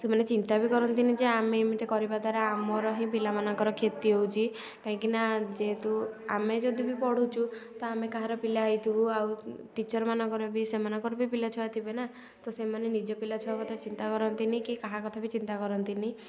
ସେମାନେ ଚିନ୍ତା ବି କରନ୍ତିନି ଯେ ଆମେ ଏମିତି କରିବା ଦ୍ୱାରା ଆମର ହିଁ ପିଲାମାନଙ୍କର କ୍ଷତି ହେଉଛି କାହିଁକି ନା ଯେହେତୁ ଆମେ ଯଦି ବି ପଢ଼ୁଛୁ ତ ଆମେ କାହାର ପିଲା ହେଇଥିବୁ ଆଉ ଟିଚରମାନଙ୍କର ବି ସେମାନଙ୍କର ବି ପିଲାଛୁଆ ଥିବେ ନା ତ ସେମାନେ ନିଜ ପିଲାଛୁଆଙ୍କ କଥା ଚିନ୍ତା କରନ୍ତିନି କି କାହା କଥା ବି ଚିନ୍ତା କରନ୍ତିନି